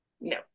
no